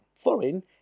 foreign